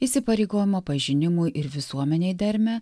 įsipareigojimo pažinimui ir visuomenei dermę